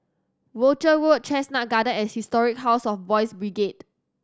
Rochor Road Chestnut Garden and Historic House of Boys' Brigade